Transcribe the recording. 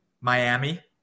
Miami